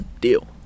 deal